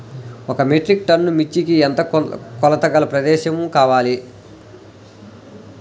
ఒక metric ton మిర్చికి ఎంత కొలతగల ప్రదేశము కావాలీ?